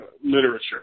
literature